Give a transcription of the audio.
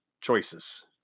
choices